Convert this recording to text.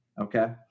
Okay